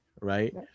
right